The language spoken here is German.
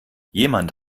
jemand